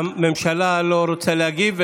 הממשלה לא רוצה להגיב?